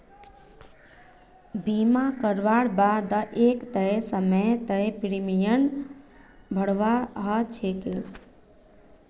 बीमा करवार बा द एक तय समय तक प्रीमियम भरवा ह छेक